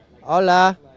hola